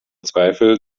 zweifel